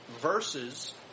verses